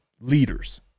leaders